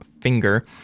finger